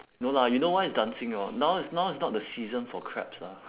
no lah you know why it's dancing or not now is now is not the season for crabs lah